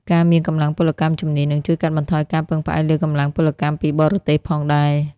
ការមានកម្លាំងពលកម្មជំនាញនឹងជួយកាត់បន្ថយការពឹងផ្អែកលើកម្លាំងពលកម្មពីបរទេសផងដែរ។